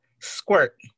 Squirt